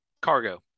Cargo